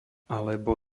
alebo